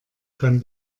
kann